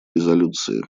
резолюции